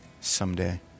someday